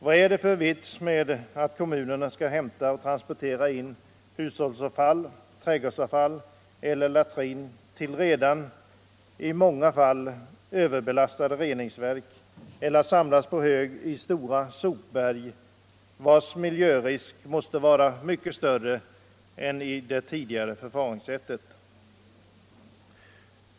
Vad är det för vits med att kommunerna skall hämta och transportera in hushållsavfall, trädgårdsavfall eller latrin till redan i många fall överbelastade reningsverk eller för att samla på hög i stora sopberg, vilkas miljörisk måste vara mycket större än med det tidigare förfaringssättet.